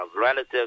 relatives